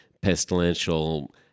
pestilential